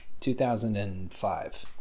2005